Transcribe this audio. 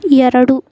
ಎರಡು